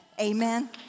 Amen